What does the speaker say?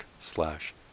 slash